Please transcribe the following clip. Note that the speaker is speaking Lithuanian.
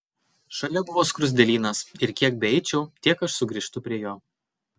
šalia buvo skruzdėlynas ir kiek beeičiau tiek aš sugrįžtu prie jo